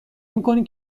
میکنی